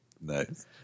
Nice